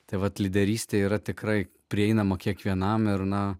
tai vat lyderystė yra tikrai prieinama kiekvienam ir na